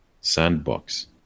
sandbox